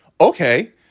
Okay